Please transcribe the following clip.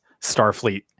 starfleet